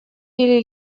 или